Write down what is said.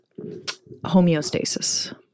homeostasis